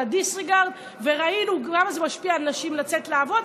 ה-disregard וראינו כמה זה משפיע על נשים לצאת לעבוד,